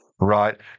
Right